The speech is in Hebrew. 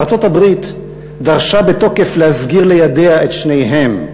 ארצות-הברית דרשה בתוקף להסגיר לידיה את שניהם,